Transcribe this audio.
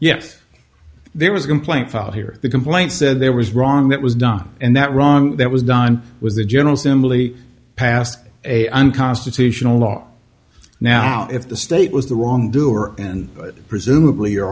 yes there was a complaint filed here the complaint said there was wrong that was done and that wrong that was done was the general assembly passed a unconstitutional law now if the state was the wrongdoer and presumably you're